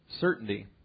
certainty